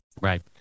Right